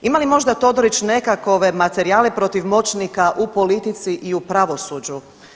Ima li možda Todorić nekakove materijale protiv moćnika u politici i u pravosuđu?